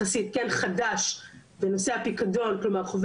כלומר חובת ההפקדה שם וגם כל מנגנון הניכויים,